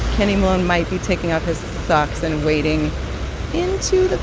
kenny malone might be taking off his socks and wading into the